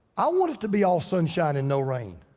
i want it to be all sunshine and no rain.